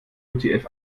utf